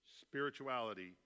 spirituality